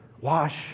Wash